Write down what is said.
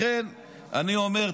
לכן אני אומר,